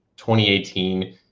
2018